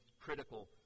critical